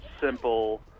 simple